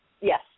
yes